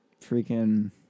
freaking